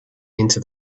into